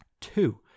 Two